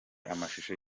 amashusho